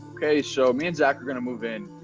okay. so me and zack are going to move in.